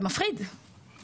זה מאוד מפחיד.